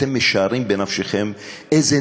אתם משערים בנפשכם איזה